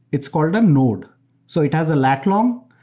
it's called a mode. so it has a lat-long,